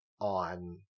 on